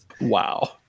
Wow